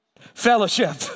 fellowship